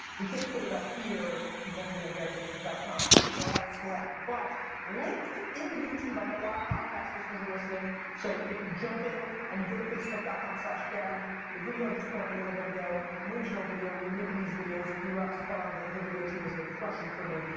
we can't put it up here because it has to be on garyvaynerchuk com. correct? correct. but linked in the youtube i know a lot of podcast listeners are listening so if you jump in and you go to facebook dot com slash gary a video i just put up a little bit ago an original video we've been making these videos drock, staphon, the whole video team has been crushing for me.